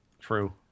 True